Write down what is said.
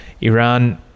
iran